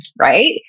right